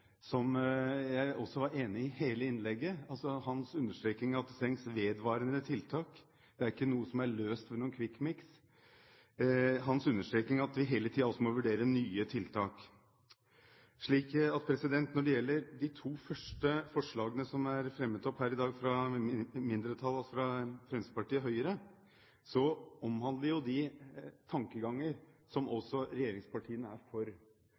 Jeg var enig i hele hans innlegg, altså hans understreking av at det trengs vedvarende tiltak – ikke noe er løst med en «quick fix» – og at vi hele tiden også må vurdere nye tiltak. Når det gjelder de to første forslagene som er fremmet her i dag av mindretallet, altså av Fremskrittspartiet og Høyre, omhandler de tanker som også regjeringspartiene er for.